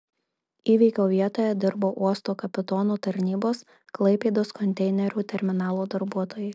įvykio vietoje dirbo uosto kapitono tarnybos klaipėdos konteinerių terminalo darbuotojai